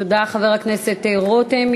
תודה, חבר הכנסת רותם.